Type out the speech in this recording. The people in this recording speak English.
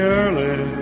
early